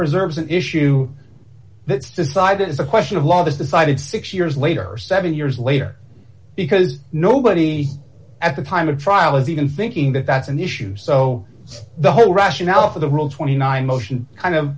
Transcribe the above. preserves an issue that's decided is a question of law is decided six years later seven years later because nobody at the time of trial is even thinking that that's an issue so the whole rationale for the rule twenty nine motion kind of